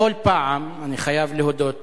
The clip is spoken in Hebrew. בכל פעם, אני חייב להודות,